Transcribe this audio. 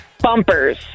bumpers